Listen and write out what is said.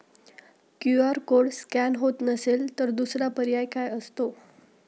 QR code scan होत नसेल तर दुसरा पर्याय काय असतो?